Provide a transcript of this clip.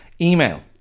email